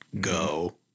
go